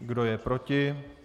Kdo je proti?